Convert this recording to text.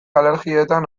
alergietan